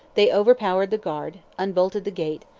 they overpowered the guard, unbolted the gate,